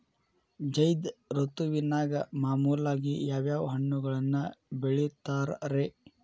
ಝೈದ್ ಋತುವಿನಾಗ ಮಾಮೂಲಾಗಿ ಯಾವ್ಯಾವ ಹಣ್ಣುಗಳನ್ನ ಬೆಳಿತಾರ ರೇ?